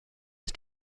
ist